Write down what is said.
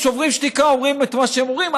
שוברים שתיקה אומרים את מה שהם אומרים,